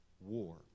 war